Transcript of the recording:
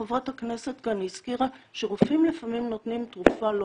חברת הכנסת כאן הזכירה שרופאים לפעמים נותנים תרופה לא